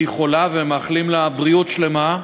היא חולה, ואנו מאחלים לה בריאות שלמה.